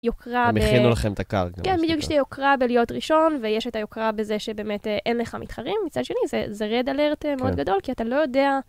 יוקרה... הם הכינו לכם את הקרקע... כן, יש בזה יוקרה בלהיות ראשון ויש את היוקרה בזה שבאמת אין לך מתחרים מצד שני זה זה רד אלרט מאוד גדול כי אתה לא יודע.